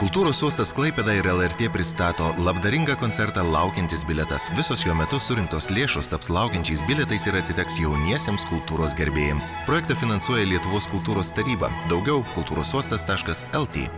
kultūros uostas klaipėda ir el er tė pristato labdaringą koncertą laukiantis bilietas visos jo metu surinktos lėšos taps laukiančiais bilietais ir atiteks jauniesiems kultūros gerbėjams projektą finansuoja lietuvos kultūros taryba daugiau kultūros uostas taškas el tė